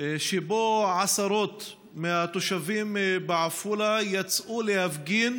שבו עשרות מהתושבים בעפולה יצאו להפגין